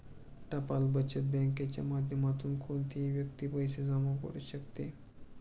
टपाल बचत बँकेच्या माध्यमातून कोणतीही व्यक्ती पैसे जमा करू शकते